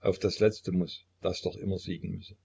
auf das letzte muß das doch immer siegen müsse